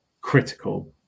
critical